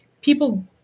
people